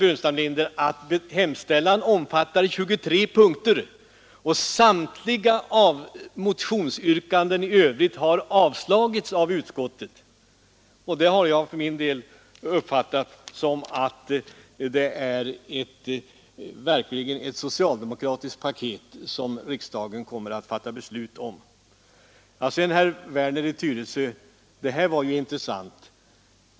Han vet därför också att hemställan omfattar 23 punkter och att samtliga motionsyrkanden i övrigt har avslagits av utskottet. Det har jag för min del uppfattat som att det verkligen är ett socialdemokratiskt paket som riksdagen kommer att fatta beslut om. Så till herr Werner i Tyresö. Det här var ju intressant.